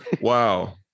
wow